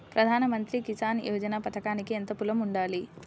ప్రధాన మంత్రి కిసాన్ యోజన పథకానికి ఎంత పొలం ఉండాలి?